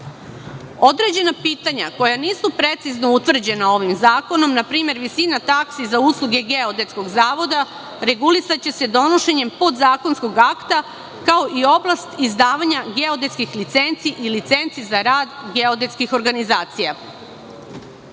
pitanja koja nisu precizno utvrđena ovim zakonom, npr. visina taksi za usluge Geodetskog zavoda, regulisaće se donošenjem podzakonskog akta, kao i oblast izdavanja geodetskih licenci i licenci za rad geodetskih organizacija. Takođe